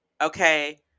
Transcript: okay